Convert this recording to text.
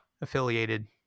affiliated